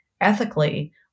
ethically